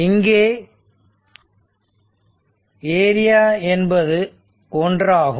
இங்கே ஏரியா என்பது 1 ஆகும்